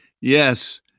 Yes